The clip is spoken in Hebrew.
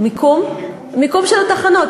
המיקום של התחנות.